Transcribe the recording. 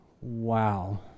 wow